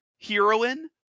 heroine